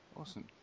Awesome